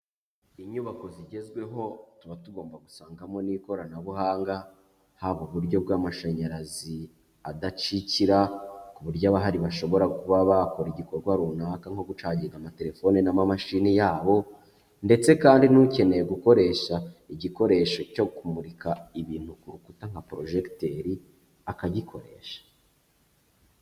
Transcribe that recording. Inyubako zigezweho tuba tugomba gusangamo n'ikoranabuhanga, haba uburyo bw'amashanyarazi adacikira ku buryo abahari bashobora kuba bakora igikorwa runaka nko gucagira amatelefone n'amamashini yabo, ndetse kandi n'ukeneye gukoresha igikoresho cyo kumurika ibintu ku rukuta nka porojegiteri akagikoresha.